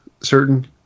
certain